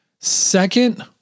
Second